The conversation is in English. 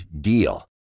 DEAL